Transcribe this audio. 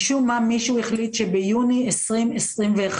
משום מה, מישהו החליט שביוני 2021,